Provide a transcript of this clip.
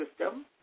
system